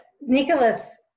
nicholas